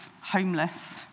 homeless